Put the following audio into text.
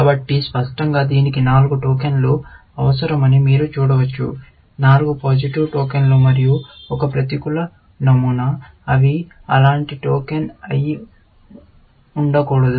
కాబట్టి స్పష్టంగా దీనికి నాలుగు టోకెన్లు అవసరమని మీరు చూడవచ్చు నాలుగు పాజిటివ్ టోకెన్లు మరియు ఒక ప్రతికూల నమూనా అవి అలాంటి టోకెన్ అయి ఉండకూడదు